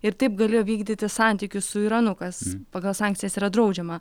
ir taip galėjo vykdyti santykius su iranu kas pagal sankcijas yra draudžiama